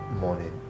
morning